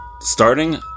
Starting